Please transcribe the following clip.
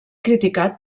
criticat